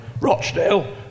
Rochdale